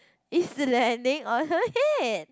is landing on her head